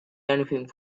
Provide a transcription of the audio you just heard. anything